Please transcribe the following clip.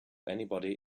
anybody